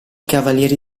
cavalieri